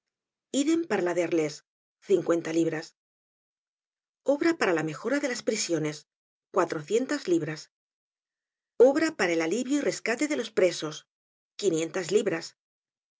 de arlés cincuenta libras obra para la mejora de las prisiones cuatrocientas libras obra para el alivio y rescate de los presos quinientas libras